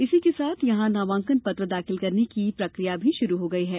इसी के साथ यहां नामांकन पत्र दाखिल करने की प्रकिया भी शुरू हो गई है